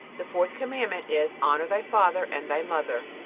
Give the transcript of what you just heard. the fourth commandment is honor thy father and thy mother.